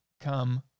come